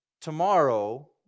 tomorrow